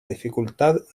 dificultad